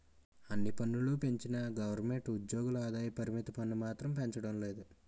అన్ని పన్నులూ పెంచిన గవరమెంటు ఉజ్జోగుల ఆదాయ పరిమితి మాత్రం పెంచడం లేదు